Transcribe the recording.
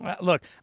Look—